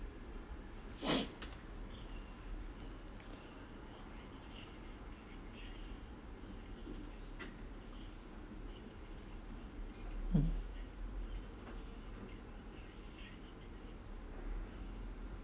mm